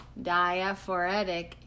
diaphoretic